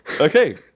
Okay